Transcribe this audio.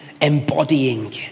embodying